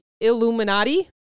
illuminati